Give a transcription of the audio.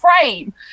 frame